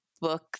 book